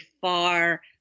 far